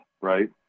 right